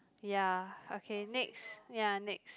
ya okay next ya next